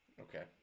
Okay